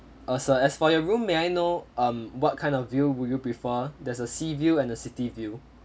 uh sir as for your room may I know um what kind of view would you prefer there's a sea view and the city view